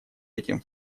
этим